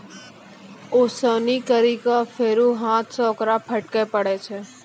ओसौनी केरो बाद फेरु हाथ सें ओकरा फटके परै छै